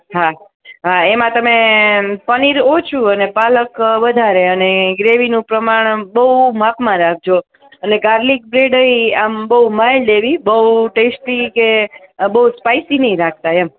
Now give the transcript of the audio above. હા હા એમા તમે પનીર ઓછું અને પાલક વધારે અને ગ્રેવીનું પ્રમાણ બહુ માપમાં રાખજો અને ગાર્લિક બ્રેડ એ આમ બહુ માઈલ્ડ એવી બહુ ટેસ્ટી કે બઉ સ્પાઈસી નહીં રાખતા એમ